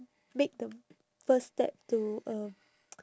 make the first step to um